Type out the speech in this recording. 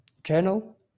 Journal